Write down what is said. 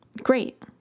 Great